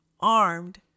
armed